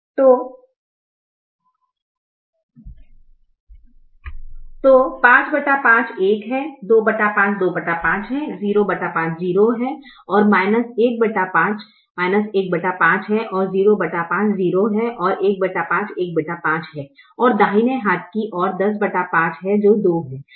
तो 55 1 है 25 25 है 05 0 है ⅕ 15 है 05 0 है 15 15 है और दाहिने हाथ की ओर 105 है जो 2 है